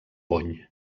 bony